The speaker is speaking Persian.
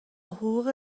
حقوق